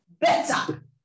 better